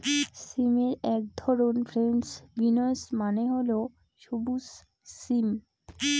সিমের এক ধরন ফ্রেঞ্চ বিনস মানে হল সবুজ সিম